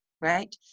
right